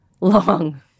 long